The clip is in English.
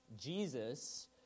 jesus